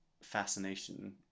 fascination